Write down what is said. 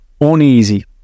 uneasy